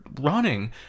running